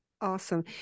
Awesome